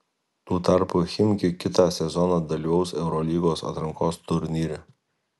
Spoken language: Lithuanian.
tuo tarpu chimki kitą sezoną dalyvaus eurolygos atrankos turnyre